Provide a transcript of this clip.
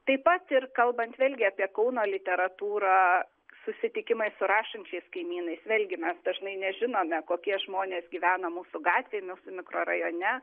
taip pat ir kalbant vėlgi apie kauno literatūrą susitikimai su rašančiais kaimynais vėlgi mes dažnai nežinome kokie žmonės gyvena mūsų gatvėj mūsų mikrorajone